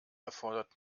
erfordert